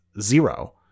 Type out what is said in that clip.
zero